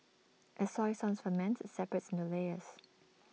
as soy sauce ferments IT separates no layers